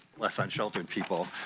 less unsheltered people.